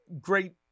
great